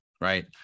right